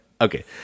Okay